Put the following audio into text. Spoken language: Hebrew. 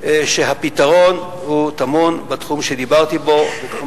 שהפתרון טמון בתחום שדיברתי בו, בתחום